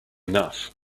enough